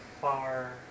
far